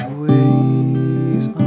ways